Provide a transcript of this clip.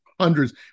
hundreds